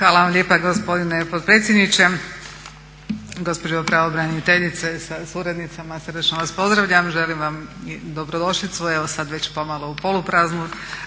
Hvala vam lijepa gospodine potpredsjedniče, gospođo pravobraniteljice sa suradnicama, srdačno vas pozdravljam. Želim vam i dobrodošlicu evo sada već pomalo u polupraznu